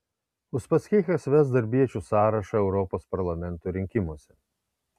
uspaskichas ves darbiečių sąrašą europos parlamento rinkimuose